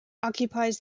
occupies